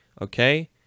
okay